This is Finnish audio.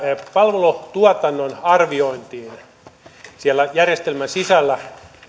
palvelutuotannon arviointiin siellä järjestelmän sisällä